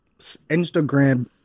Instagram